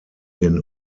den